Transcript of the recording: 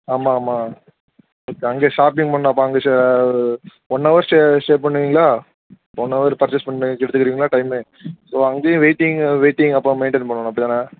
ஆமாம் ஆமாம் அங்கே ஷாப்பிங் பண்ணணும் அப்போ அங்கே சி ஒன் அவர் ஸ்டே ஸ்டே பண்ணுவிங்களா ஒன் அவர் பர்ச்சேர்ஸ் பண்ணுறதுக்கு எடுத்துக்கிறீங்களா டைம் ஸோ அங்கேயும் வெயிட்டிங் வெயிட்டிங் அப்போ நான் மெயின்டன் பண்ணணும் அப்படி தானே